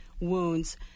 wounds